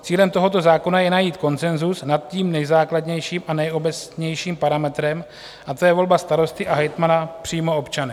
Cílem tohoto zákona je najít konsenzus nad tím nejzákladnějším a nejobecnějším parametrem a to je volba starosty a hejtmana přímo občany.